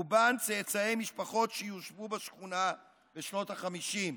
רובן צאצאי משפחות שיושבו בשכונה בשנות החמישים.